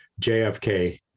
JFK